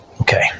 Okay